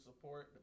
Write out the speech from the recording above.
support